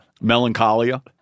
Melancholia